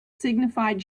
signified